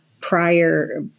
prior